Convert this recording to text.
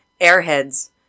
Airheads